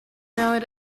know